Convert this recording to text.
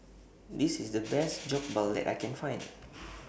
This IS The Best Jokbal that I Can Find